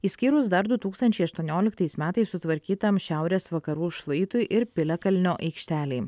išskyrus dar du tūkstančiai aštuonioliktais metais sutvarkytam šiaurės vakarų šlaitui ir piliakalnio aikštelėj